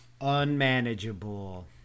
Unmanageable